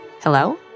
Hello